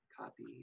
copy